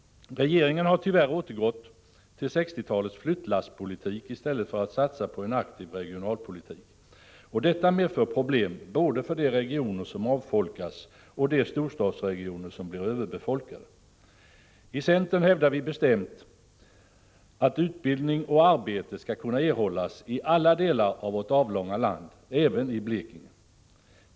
Regeringen har tyvärr återgått till 1960-talets flyttlasspolitik i stället för att satsa på en aktiv regionalpolitik. Detta medför problem både för de regioner som avfolkas och för de storstadsregioner som blir överbefolkade. I centern hävdar vi bestämt att utbildning och arbete skall kunna erhållas i alla delar av vårt avlånga land — även i Blekinge.